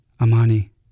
Amani